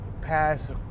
pass